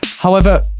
however,